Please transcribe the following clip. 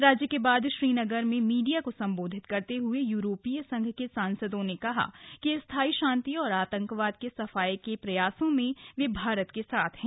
राज्य के बाद श्रीनगर में मीडिया को संबोधित करते हुए यूरोपीय संघ के सांसदों ने कहा कि स्थाई शांति और आतंकवाद के सफाये के प्रयासों में वे भारत के साथ हैं